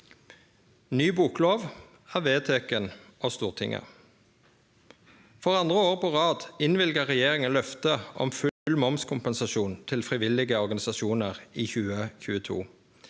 Ny boklov er vedteken av Stortinget. For andre år på rad innvilga regjeringa løftet om full momskompensasjon til frivillige organisasjoner i 2022.